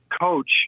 coach